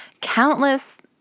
countless